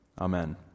Amen